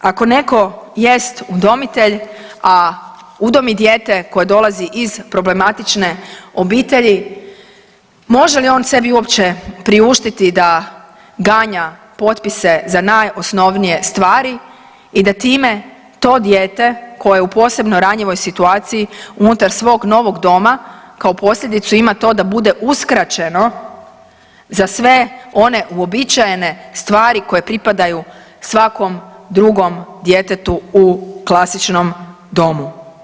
Ako netko jest udomitelj, a udomi dijete koje dolazi iz problematične obitelji, može li on sebi uopće priuštiti da ganja potpise za najosnovnije stvari i da time to dijete koje je u posebno ranjivoj situaciji, unutar svog novog doma, kao posljedicu ima to da bude uskraćeno za sve one uobičajene stvari koje pripadaju svakom drugom djetetu u klasičnom domu.